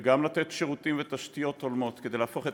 וגם לתת שירותים ותשתיות הולמים כדי להפוך את